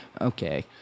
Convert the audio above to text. Okay